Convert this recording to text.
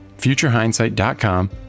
FutureHindsight.com